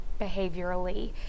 behaviorally